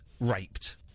raped